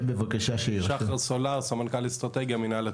שחר סולר, סמנכ"ל אסטרטגיה, מינהל התכנון.